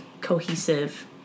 cohesive